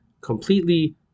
completely